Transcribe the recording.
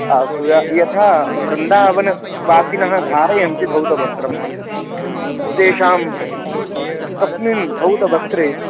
अस्तु य यथा वृन्दावनवासिनः धारयन्ति धौतवस्त्रं तेषां तस्मिन् धौतवस्त्रे